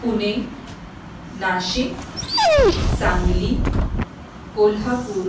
Pune Nashik Sangli Kolhapur